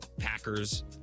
Packers